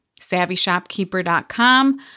SavvyShopkeeper.com